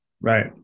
Right